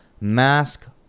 mask